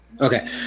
okay